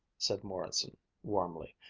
said morrison warmly,